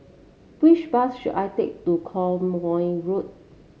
which bus should I take to Quemoy Road